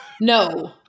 No